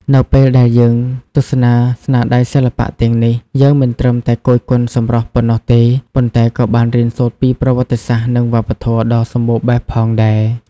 នៅពេលដែលយើងទស្សនាស្នាដៃសិល្បៈទាំងនេះ យើងមិនត្រឹមតែគយគន់សម្រស់ប៉ុណ្ណោះទេ ប៉ុន្តែក៏បានរៀនសូត្រពីប្រវត្តិសាស្ត្រ និងវប្បធម៌ដ៏សម្បូរបែបផងដែរ។